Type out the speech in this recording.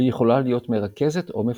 והיא יכולה להיות מרכזת או מפזרת.